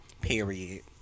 period